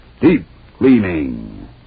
Deep-cleaning